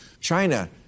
China